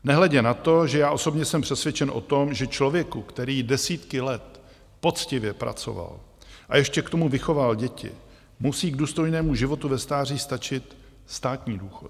Nehledě na to, že já osobně jsem přesvědčen o tom, že člověku, který desítky let poctivě pracoval a ještě k tomu vychoval děti, musí k důstojnému životu ve stáří stačit státní důchod.